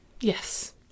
Yes